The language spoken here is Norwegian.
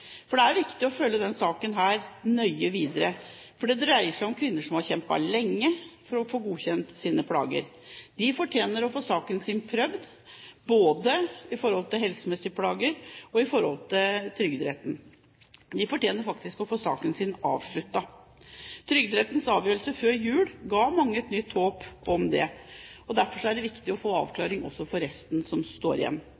opp. Det er viktig å følge denne saken nøye videre, fordi det dreier seg om kvinner som har kjempet lenge for å få aksept for sine plager. De fortjener å få saken sin prøvd, både i forhold til helsemessige plager og i forhold til Trygderetten. De fortjener faktisk å få saken sin avsluttet. Trygderettens avgjørelse før jul ga mange et nytt håp om det, og derfor er det viktig å få